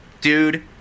dude